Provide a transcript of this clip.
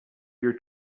your